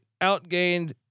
outgained